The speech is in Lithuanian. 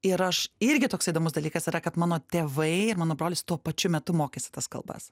ir aš irgi toks įdomus dalykas yra kad mano tėvai mano brolis tuo pačiu metu mokėsi tas kalbas